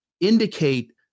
indicate